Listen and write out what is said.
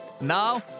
Now